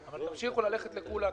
אבל תמשיכו ללכת לקולא,